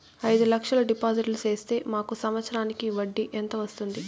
అయిదు లక్షలు డిపాజిట్లు సేస్తే మాకు సంవత్సరానికి వడ్డీ ఎంత వస్తుంది?